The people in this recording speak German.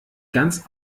ganz